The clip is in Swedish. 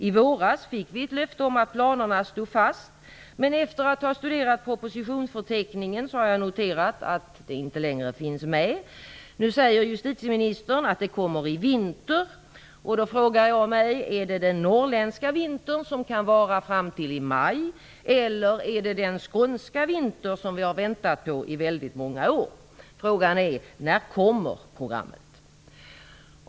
I våras fick vi ett löfte om att planerna stod fast, men efter att ha studerat propositionsförteckningen har jag noterat att programmet inte längre finns med. Nu säger justitieministern att det kommer i vinter. Jag frågar mig om det är den norrländska vintern, som kan vara fram till i maj, eller den skånska vintern, som vi har väntat på i väldigt många år. När kommer programmet?